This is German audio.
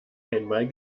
einmal